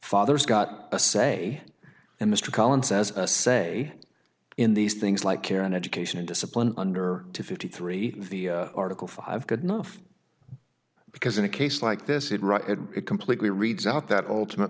father's got a say and mr collins says a say in these things like care and education and discipline under fifty three of the article five good enough because in a case like this it right it completely reads out that ultimate